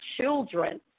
children